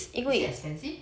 is it expensive